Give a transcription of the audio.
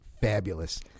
fabulous